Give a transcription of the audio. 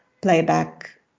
playback